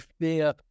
fear